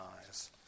eyes